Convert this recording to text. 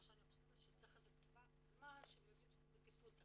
מה שאני חושבת שצריך טווח זמן שהם יודעים שזה בטיפול.